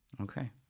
Okay